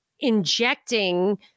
injecting